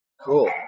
Cool